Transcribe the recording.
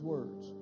words